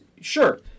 Sure